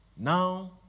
now